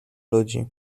ludzi